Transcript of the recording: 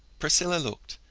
priscilla looked.